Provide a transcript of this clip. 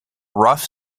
rough